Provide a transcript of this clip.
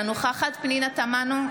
אינה נוכחת פנינה תמנו,